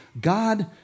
God